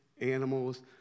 animals